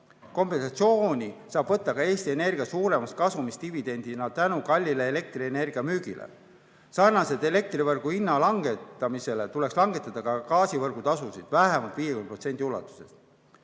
Kompensatsiooniraha saab võtta ka Eesti Energia suuremast kasumist dividendina tänu kalli elektrienergia müügile. Sarnaselt elektri võrgutasu langetamisega tuleks langetada ka gaasi võrgutasusid vähemalt 50% ulatuses.